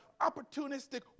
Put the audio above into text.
opportunistic